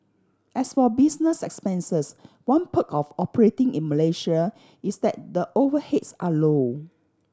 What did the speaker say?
as for business expenses one perk of operating in Malaysia is that the overheads are low